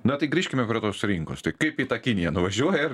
na tai grįžkime prie tos rinkos kaip į tą kiniją nuvažiuoja ar